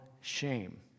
shame